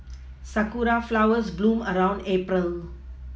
sakura flowers bloom around April